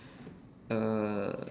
uh